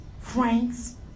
friends